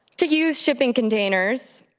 to use shipping containers,